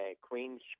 queen's